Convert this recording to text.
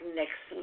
next